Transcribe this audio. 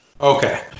Okay